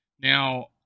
Now